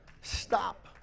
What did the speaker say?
Stop